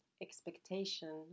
expectation